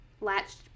latched